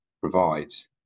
provides